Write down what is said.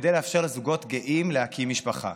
כדי לאפשר לזוגות גאים להקים משפחה.